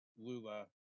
Lula